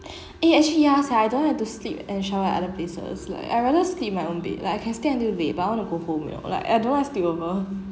eh actually ya sia I don't like to sleep and shower at other places like I rather sleep in my own bed like I can stay until late but I wanna go home you know like I don't like sleepover